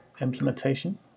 implementation